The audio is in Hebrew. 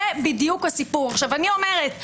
אני אומרת,